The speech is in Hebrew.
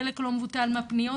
חלק לא מבוטל מהפניות,